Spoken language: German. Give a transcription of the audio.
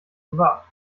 gewagt